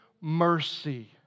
mercy